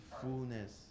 fullness